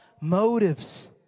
motives